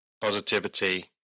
positivity